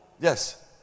yes